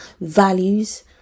values